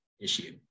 issue